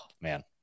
man